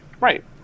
right